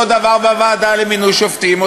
אותו דבר בוועדה למינוי שופטים,